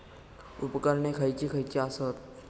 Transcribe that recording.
उपकरणे खैयची खैयची आसत?